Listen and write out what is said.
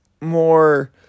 more